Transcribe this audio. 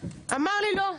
אמר לי, לא.